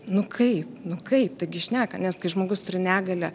nu kaip nu kaip taigi šneka nes kai žmogus turi negalią